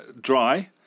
dry